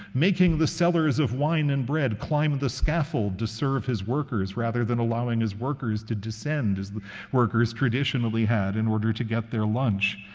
making the sellers of wine and bread climb the scaffold to serve his workers, rather than allowing his workers to descend, as workers traditionally had in order to get their lunch.